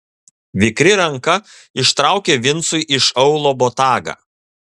vikri ranka ištraukė vincui iš aulo botagą